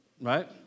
Right